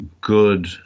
good